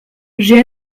j’ai